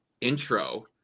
intro